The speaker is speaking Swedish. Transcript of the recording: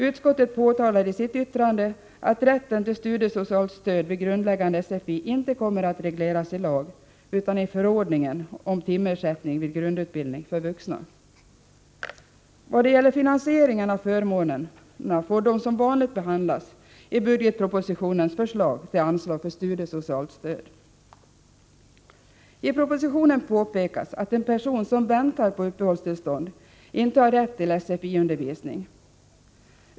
Utskottet påpekar i sitt yttrande att rätten till studiesocialt stöd vid grundläggande SFI inte kommer att regleras i lag utan i förordningen om timersättning vid grundutbildning för vuxna. Vad gäller finansieringen av förmånerna får den frågan som vanligt behandlas i budgetpropositionens förslag till anslag för studiesocialt stöd. I propositionen påpekas att en person som väntar på uppehållstillstånd inte har rätt till SFI-undervisning.